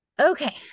Okay